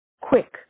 Quick